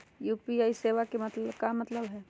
UPI सेवा के का मतलब है?